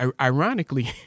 Ironically